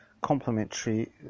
complementary